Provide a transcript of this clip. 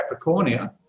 Capricornia